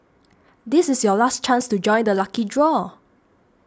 this is your last chance to join the lucky draw